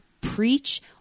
preach